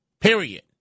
period